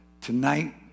tonight